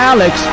Alex